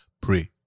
pray